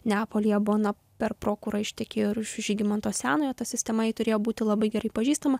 neapolyje bona per prokurą ištekėjo ir už žygimanto senojo ta sistema jai turėjo būti labai gerai pažįstama